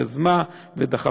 היא יזמה ודחפה,